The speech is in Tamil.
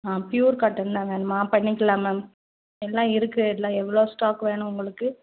ஆ பியூர் காட்டன் தான் வேணுமா பண்ணிக்கலாம் மேம் எல்லா இருக்குது எல்லாம் எவ்வளோ ஸ்டாக் வேணும் உங்களுக்கு